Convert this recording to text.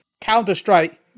Counter-strike